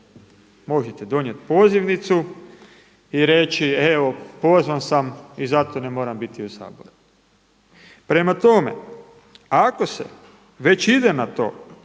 Možete donijeti pozivnicu i reći evo pozvan sam i zato ne moram biti u Saboru. Prema tome ako se već ide na to